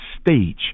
stage